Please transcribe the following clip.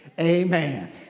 Amen